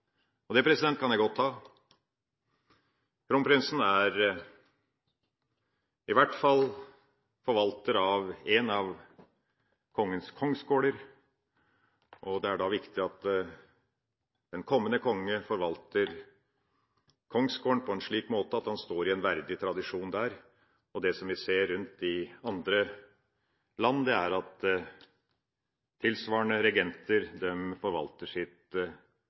og det kan jeg godt ta: Kronprinsen er forvalter av i hvert fall én av kongens kongsgårder, og det er da viktig at den kommende konge forvalter kongsgården på en slik måte at han står i en verdig tradisjon der. Det som vi ser rundt i andre land, er at tilsvarende regenter forvalter sitt